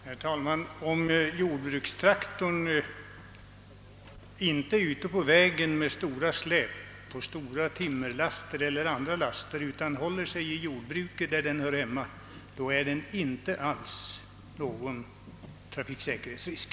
Herr talman! Om jordbrukstraktorn inte befinner sig ute på vägen med stora släp, stora timmerlaster eller andra laster utan håller sig i jordbruket där den hör hemma, är den inte alls någon trafiksäkerhetsrisk.